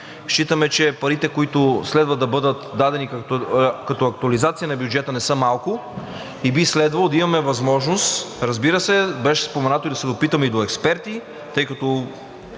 Считаме, че парите, които следва да бъдат дадени като актуализация на бюджета, не са малко и би следвало да имаме възможност, разбира се, беше споменато да се опитаме и до експерти, тъй като